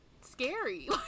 scary